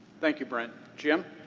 thank you, brent. jim?